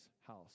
house